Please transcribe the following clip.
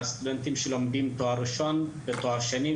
הסטודנטים בני הקהילה שלומדים לתארים מתקדמים יותר.